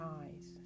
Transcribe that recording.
eyes